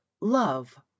love